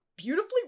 beautifully